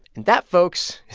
that, folks,